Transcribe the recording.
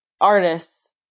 artists